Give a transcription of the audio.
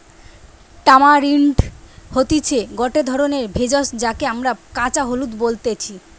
tamarind হতিছে গটে ধরণের ভেষজ যাকে আমরা কাঁচা হলুদ বলতেছি